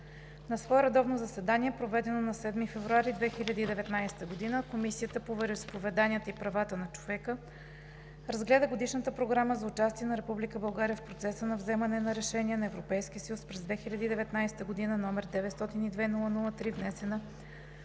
На свое редовно заседание, проведено на 7 февруари 2019 г., Комисията по вероизповеданията и правата на човека разгледа Годишната програма за участие на Република България в процеса на вземане на решения на Европейския съюз през 2019 г., № 902-00-3, внесена